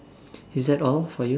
is that all for you